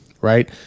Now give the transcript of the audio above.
Right